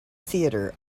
theatre